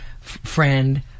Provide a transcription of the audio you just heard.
friend